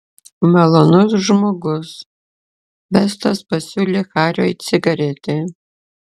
malonus žmogus vestas pasiūlė hariui cigaretę